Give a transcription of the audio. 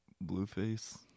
Blueface